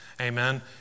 Amen